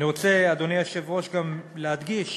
אני רוצה, אדוני היושב-ראש, גם להדגיש